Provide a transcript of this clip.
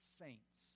saints